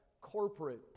corporate